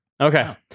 okay